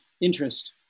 interest